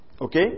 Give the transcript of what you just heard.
Okay